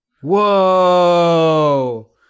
Whoa